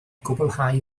gwblhau